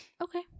Okay